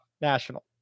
National